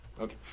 Okay